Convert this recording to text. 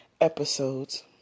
episodes